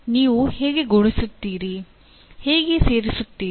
ನೀವು ಹೇಗೆ ಗುಣಿಸುತ್ತೀರಿ ಹೇಗೆ ಸೇರಿಸುತ್ತೀರಿ